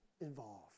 involved